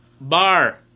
Bar